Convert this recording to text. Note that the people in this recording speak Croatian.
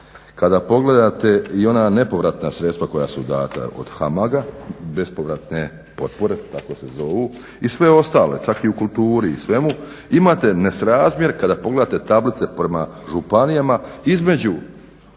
kada pogledate i ona nepovratna sredstva koja su dana od HAMAG-a bespovratne potpore tako se zovu i sve ostale čak i u kulturi i svemu imate nesrazmjer kada pogledate tablice prema županijama između